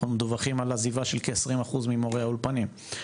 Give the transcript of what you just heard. אנחנו מדווחים על עזיבה של כ-20% ממורי האולפנים.